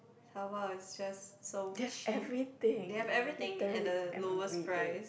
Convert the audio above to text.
taobao is just so cheap they have everything at the lowest price